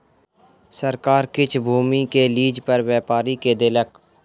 सरकार किछ भूमि के लीज पर व्यापारी के देलक